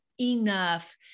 enough